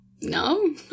No